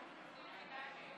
מי נגד?